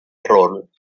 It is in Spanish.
rol